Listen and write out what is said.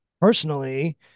personally